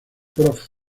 prof